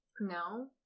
No